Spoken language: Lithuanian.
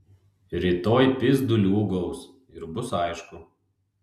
rytoj pyzdulių gaus ir bus aišku